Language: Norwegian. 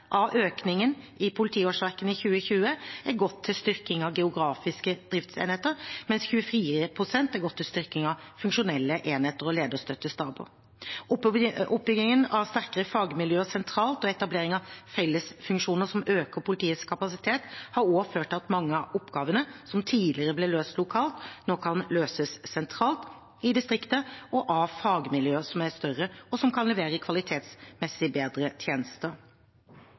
av økningen i politiårsverkene i 2020 har gått til styrking av geografiske driftsenheter, mens 24 pst. har gått til styrking av funksjonelle enheter og lederstøttestaber. Oppbyggingen av sterkere fagmiljøer sentralt og etablering av fellesfunksjoner som øker politiets kapasitet, har også ført til at mange av oppgavene som tidligere ble løst lokalt, nå kan løses sentralt i distriktet og av fagmiljøer som er større, og som kan levere kvalitetsmessig bedre tjenester.